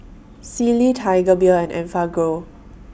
Sealy Tiger Beer and Enfagrow